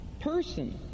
person